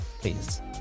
please